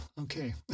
Okay